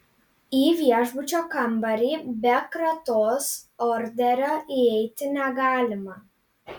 į viešbučio kambarį be kratos orderio įeiti negalime